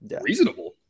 reasonable